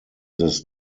this